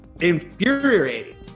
infuriating